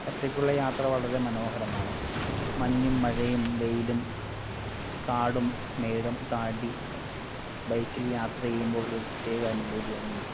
ഒറ്റയ്ക്കുള്ള യാത്ര വളരെ മനോഹരമാണ് മഞ്ഞും മഴയും വെയിലും കാടും മേടും താണ്ടി ബൈക്കിൽ യാത്രചെയ്യുമ്പോള് പ്രത്യേക അനുഭൂതിയാണു ലഭിക്കാറ്